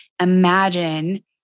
imagine